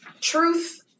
truth